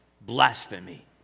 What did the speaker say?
blasphemy